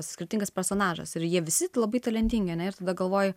skirtingas personažas ir jie visi labai talentingi ir tada galvoju